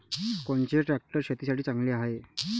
कोनचे ट्रॅक्टर शेतीसाठी चांगले हाये?